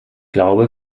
glaube